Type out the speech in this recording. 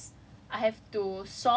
my major apa